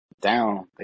Down